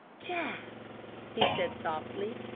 jaggs! he said softly.